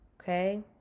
Okay